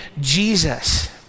Jesus